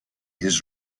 his